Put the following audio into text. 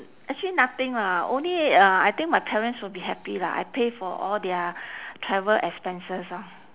actually nothing lah only uh I think my parents will be happy lah I pay for all their travel expenses ah